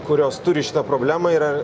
kurios turi šitą problemą yra